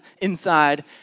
inside